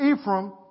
Ephraim